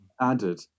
added